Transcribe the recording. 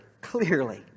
clearly